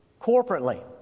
corporately